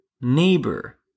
neighbor